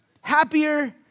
happier